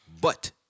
But-